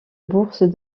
bourse